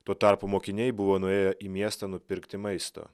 tuo tarpu mokiniai buvo nuėję į miestą nupirkti maisto